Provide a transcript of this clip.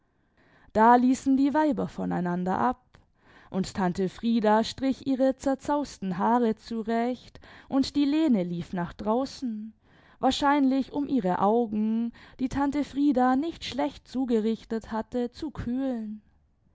da ließen die weiber voneinander ab und tante frieda strich ihre zerzausten haare zurecht imd die lene lief nach draußen wahrscheinuch um ihre augen die tante frieda nicht schlecht zugerichtet hatte zu kühlen